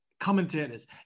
commentators